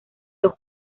los